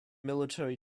military